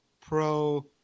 pro